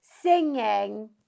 Singing